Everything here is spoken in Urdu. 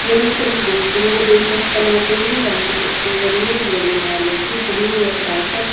یہ نہ صرف گفتگں کو دلچسپ بناتے ہیں بلکہ اس کے ذریعے بولنے والے کی فہم و فراستت